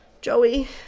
Joey